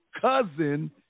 cousin